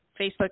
Facebook